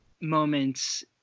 moments